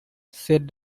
said